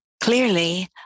clearly